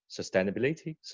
Sustainability